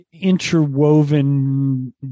interwoven